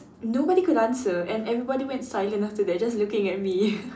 nobody could answer and everybody went silent after that just looking at me